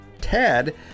Tad